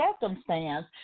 circumstance